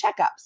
checkups